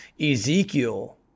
Ezekiel